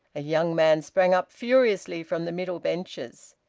a young man sprang up furiously from the middle benches.